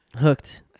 Hooked